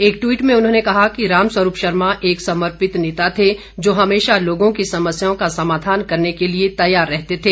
एक ट्वीट में उन्होंने कहा कि रामस्वरूप शर्मा एक समर्पित नेता थे जो हमेशा लोगों की समस्याओं का समाधान करने के लिए तैयार रहते थे